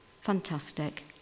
Fantastic